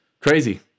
Crazy